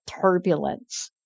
turbulence